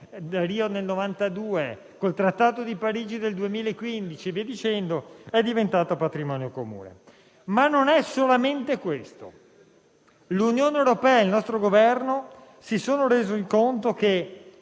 di Rio nel 1992 e con il Trattato di Parigi del 2015 e via dicendo, è diventata patrimonio comune. Non è solamente questo, però: l'Unione europea e il nostro Governo si sono resi conto che